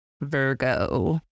Virgo